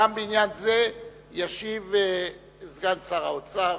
גם בעניין זה ישיב סגן שר האוצר